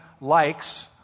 likes